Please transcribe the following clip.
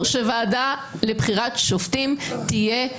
ההגדרה כשהגיע לפה פרופ' שטרית ושאלתי אותו